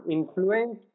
Influence